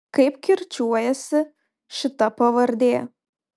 kaip kirčiuojasi šita pavardė